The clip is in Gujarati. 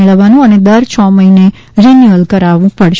મેળવવાનું અને દર છ મહિને રીન્યુઅલ કરાવવું પડશે